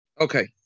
Okay